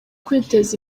kwiteza